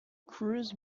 crews